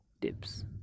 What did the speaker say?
tips